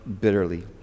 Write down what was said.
bitterly